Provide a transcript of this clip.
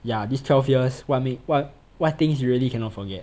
ya these twelve years what make wha~ what things you really cannot forget